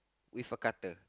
with a cutter